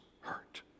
hurt